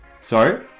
Sorry